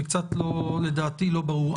זה קצת לדעתי לא ברור.